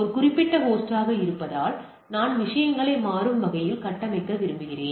ஒரு குறிப்பிட்ட ஹோஸ்டாக இருப்பதால் நான் விஷயங்களை மாறும் வகையில் கட்டமைக்க விரும்புகிறேன்